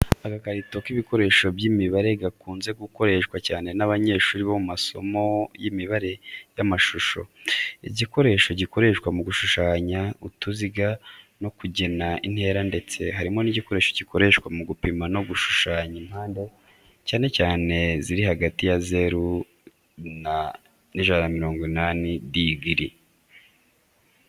Agakarito k’ibikoresho by’imibare gakunze gukoreshwa cyane n’abanyeshuri mu masomo y'imibare y’amashusho. Igikoresho gikoreshwa mu gushushanya utuziga no kugena intera ndetse harimo igikoresho gikoreshwa gupima no gushushanya impande cyane cyane ziri hagati ya 0° na 180°.